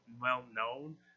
well-known